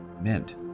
meant